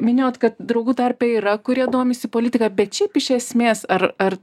minėjot kad draugų tarpe yra kurie domisi politika bet šiaip iš esmės ar ar